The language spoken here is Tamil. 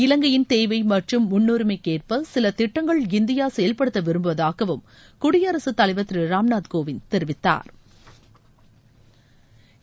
இலங்கையின் தேவை மற்றும் முன்னுரிமைக்கேற்ப சில திட்டங்கள் இந்தியா செயல்படுத்த விரும்புவதாக குடியரசுத் தலைவர் திரு ராம்நாத் கோவிந்த் தெரிவித்தாா்